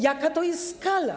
Jaka to jest skala!